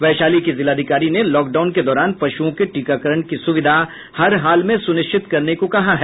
वैशाली की जिलाधिकारी ने लॉकडाउन के दौरान पशुओं के टीकाकरण की सुविधा हर हाल में सुनिश्चित करने को कहा है